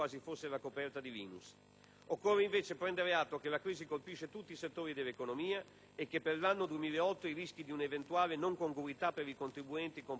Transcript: Occorre invece prendere atto che la crisi colpisce tutti i settori dell'economia e che per l'anno 2008 i rischi di una eventuale non congruità per i contribuenti con partita IVA sono elevati.